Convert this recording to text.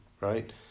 right